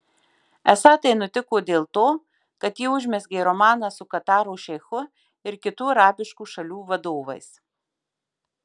esą tai nutiko dėl to kad ji užmezgė romaną su kataro šeichu ir kitų arabiškų šalių vadovais